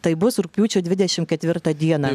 tai bus rugpjūčio dvidešimt ketvirtą dieną